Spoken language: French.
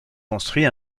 construit